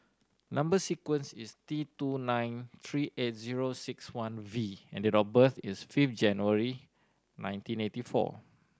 number sequence is T two nine three eight zero six one V and date of birth is fifth January nineteen eighty four